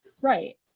right